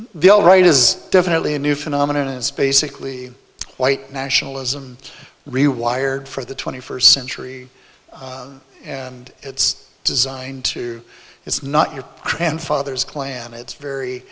they all right is definitely a new phenomenon it's basically white nationalism rewired for the twenty first century and it's designed to it's not your grandfather's clan it's very